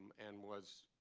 and was